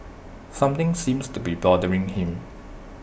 something seems to be bothering him